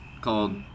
called